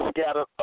scattered